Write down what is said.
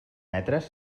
metres